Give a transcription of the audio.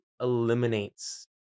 eliminates